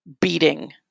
beating